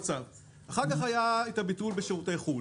אחר כך היה את הביטול בשירותי חוץ.